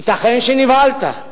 ייתכן שנבהלת.